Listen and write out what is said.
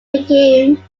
became